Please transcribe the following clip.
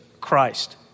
Christ